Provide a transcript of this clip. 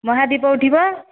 ମହାଦୀପ ଉଠିବ